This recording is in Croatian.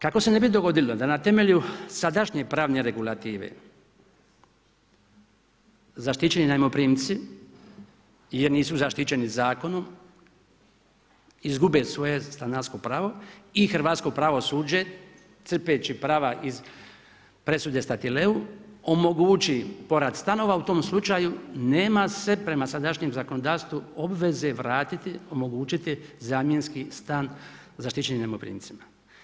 Kako se ne bi dogodilo da na temelju sadašnje pravne regulative zaštićeni najmoprimci jer nisu zaštićeni zakonom izgube svoje stanarsko pravo i hrvatsko pravosuđe crpeći prava iz presude Statileu omogući … u tom slučaju nema se prema sadašnjem zakonodavstvu obveze vratiti, omogućiti zamjenski stan zaštićenim najmoprimcima.